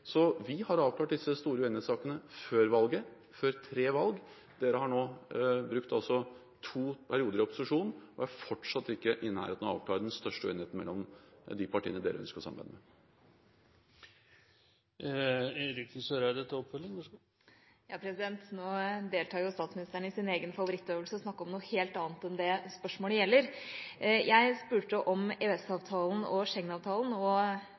Vi har avklart disse store uenighetssakene før valget – før tre valg. Dere har nå brukt to perioder i opposisjon og er fortsatt ikke i nærheten av å avklare den største uenigheten mellom de partiene dere ønsker å samarbeide med. Nå deltar statsministeren i sin egen favorittøvelse: Å snakke om noe helt annet enn det spørsmålet gjelder. Jeg spurte om EØS-avtalen og Schengen-avtalen, og